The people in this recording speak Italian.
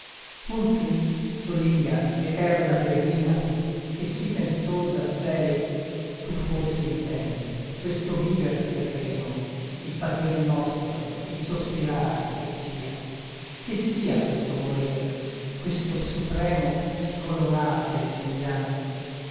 tu solinga eterna peregrina che sì pensosa sei tu forse intendi questo viver terreno il patir nostro il sospirar che sia che sia questo morir questo supremo scolorar del sembiante